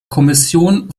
kommission